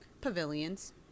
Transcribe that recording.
Pavilions